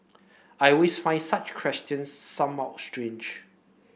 I with find such questions some out strange